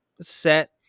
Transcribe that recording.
set